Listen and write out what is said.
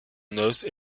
noces